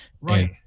Right